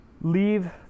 leave